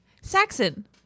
Saxon